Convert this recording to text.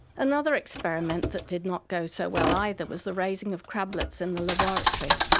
another experiment that did not go so well either was the raising of crablets in the laboratory.